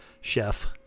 chef